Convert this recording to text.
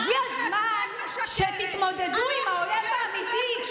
הגיע הזמן שתתמודדו עם האויב האמיתי.